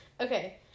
Okay